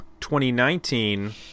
2019